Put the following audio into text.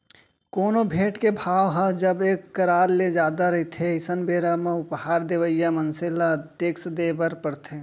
कोनो भेंट के भाव ह जब एक करार ले जादा रहिथे अइसन बेरा म उपहार देवइया मनसे ल टेक्स देय बर परथे